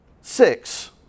six